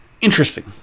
interesting